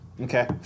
Okay